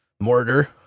mortar